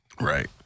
right